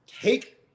take